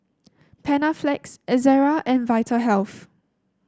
Panaflex Ezerra and Vitahealth